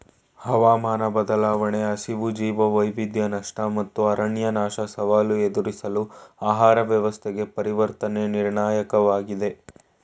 ಹವಾಮಾನ ಬದಲಾವಣೆ ಹಸಿವು ಜೀವವೈವಿಧ್ಯ ನಷ್ಟ ಮತ್ತು ಅರಣ್ಯನಾಶ ಸವಾಲು ಎದುರಿಸಲು ಆಹಾರ ವ್ಯವಸ್ಥೆಗೆ ಪರಿವರ್ತನೆ ನಿರ್ಣಾಯಕವಾಗಿದೆ